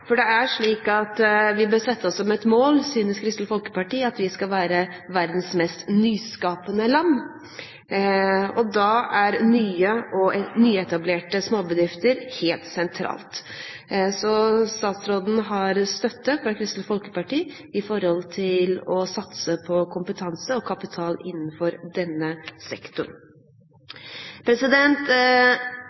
Det er slik at vi bør sette oss som mål, synes Kristelig Folkeparti, at vi skal være verdens mest nyskapende land. Da står nye og nyetablerte småbedrifter helt sentralt. Så statsråden har støtte fra Kristelig Folkeparti til å satse på kompetanse og kapital innenfor denne sektoren.